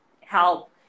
help